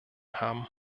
haben